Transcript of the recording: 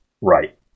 Right